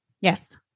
Yes